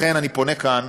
לכן אני פונה כאן,